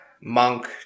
monk